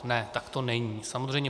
Ne, tak to není samozřejmě.